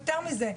יותר מזה,